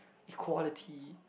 the quality